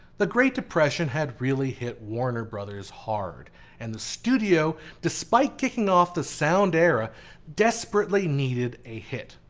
the great depression had really hit warner bros hard and the studio, despite kicking off the sound era desperately needed a hit.